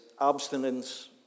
abstinence